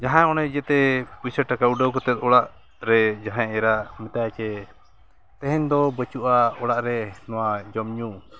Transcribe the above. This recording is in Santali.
ᱡᱟᱦᱟᱸᱭ ᱚᱱᱮ ᱡᱚᱛᱚ ᱯᱚᱭᱥᱟᱹ ᱴᱟᱠᱟ ᱩᱰᱟᱹᱣ ᱠᱟᱛᱮᱫ ᱚᱲᱟᱜ ᱨᱮ ᱡᱟᱦᱟᱸᱭ ᱮᱨᱟ ᱢᱮᱛᱟᱭᱟ ᱡᱮ ᱛᱮᱦᱮᱧ ᱫᱚ ᱵᱟᱹᱪᱩᱜᱼᱟ ᱚᱲᱟᱜ ᱨᱮ ᱱᱚᱣᱟ ᱡᱚᱢᱼᱧᱩ